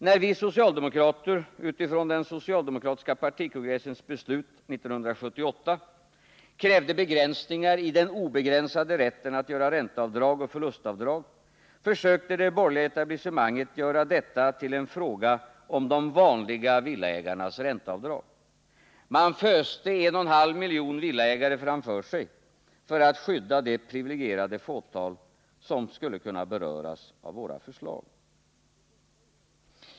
När vi socialdemokrater utifrån den socialdemokratiska partikongressens beslut 1978 krävde begränsningar i den obegränsade rätten att göra ränteavdrag och förlustavdrag försökte det borgerliga etablissemanget att göra detta till en fråga om de vanliga villaägarnas ränteavdrag. Man föste 1,5 miljoner villaägare framför sig för att skydda det privilegierade fåtal som skulle kunna beröras av våra förslag.